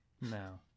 No